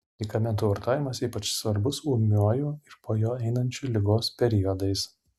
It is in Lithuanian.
medikamentų vartojimas ypač svarbus ūmiuoju ir po jo einančiu ligos periodais